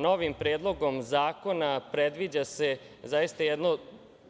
Novim Predlogom zakona predviđa se zaista jedno